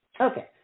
okay